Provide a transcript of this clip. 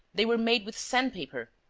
they were made with sandpaper.